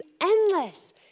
endless